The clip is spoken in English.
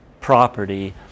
property